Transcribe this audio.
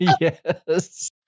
Yes